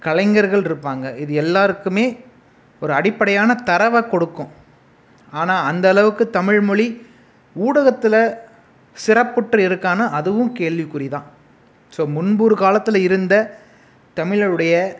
கலைஞர்கள் இருப்பாங்கள் இது எல்லோருக்குமே ஒரு அடிப்படையான தரவை கொடுக்கும் ஆனால் அந்த அளவுக்கு தமிழ்மொழி ஊடகத்தில் சிறப்புற்று இருக்கான்னா அதுவும் கேள்விக்குறி தான் ஸோ முன்புறு காலத்தில் இருந்த தமிழருடைய